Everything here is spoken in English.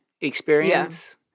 experience